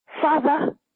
Father